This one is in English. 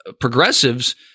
progressives